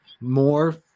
more